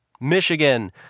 Michigan